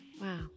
wow